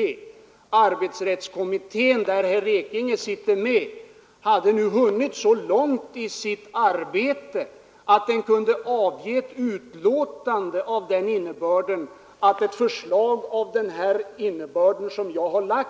Att arbetsrättskommittén, där herr Ekinge sitter med, nu hade hunnit så långt i sitt arbete, att den kunnat uttala sig om det förslag som vi i dag diskuterar kan ju inte innebära